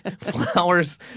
flowers